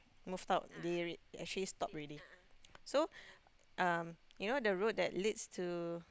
moved out they already actually stopped already so um you know the road that leads to